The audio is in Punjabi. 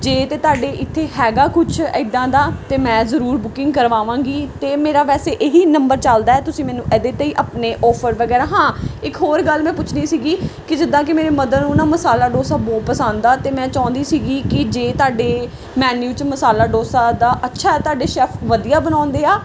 ਜੇ ਤਾਂ ਤੁਹਾਡੇ ਇੱਥੇ ਹੈਗਾ ਕੁਛ ਇੱਦਾਂ ਦਾ ਤਾਂ ਮੈਂ ਜ਼ਰੂਰ ਬੁਕਿੰਗ ਕਰਵਾਵਾਂਗੀ ਅਤੇ ਮੇਰਾ ਵੈਸੇ ਇਹ ਹੀ ਨੰਬਰ ਚਲਦਾ ਤੁਸੀਂ ਮੈਨੂੰ ਇਹਦੇ 'ਤੇ ਹੀ ਆਪਣੇ ਔਫਰ ਵਗੈਰਾ ਹਾਂ ਇੱਕ ਹੋਰ ਗੱਲ ਮੈਂ ਪੁੱਛਣੀ ਸੀਗੀ ਕਿ ਜਿੱਦਾਂ ਕਿ ਮੇਰੇ ਮਦਰ ਨੂੰ ਨਾ ਮਸਾਲਾ ਡੋਸਾ ਬਹੁਤ ਪਸੰਦ ਆ ਅਤੇ ਮੈਂ ਚਾਹੁੰਦੀ ਸੀਗੀ ਕਿ ਜੇ ਤੁਹਾਡੇ ਮੈਨਿਊ 'ਚ ਮਸਾਲਾ ਡੋਸਾ ਦਾ ਅੱਛਾ ਹੈ ਤੁਹਾਡੇ ਸ਼ੈਫ ਵਧੀਆ ਬਣਾਉਂਦੇ ਆ